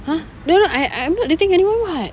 !huh! no no I I'm not dating anyone [what]